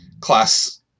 class